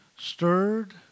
stirred